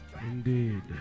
Indeed